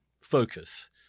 focus